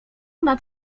nad